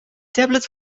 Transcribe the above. tablet